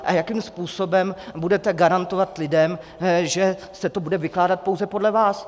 A jakým způsobem budete garantovat lidem, že se to bude vykládat pouze podle vás?